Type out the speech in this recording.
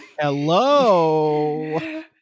hello